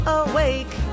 awake